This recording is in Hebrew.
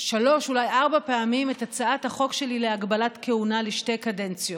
שלוש ואולי ארבע פעמים את הצעת החוק שלי להגבלת כהונה לשתי קדנציות,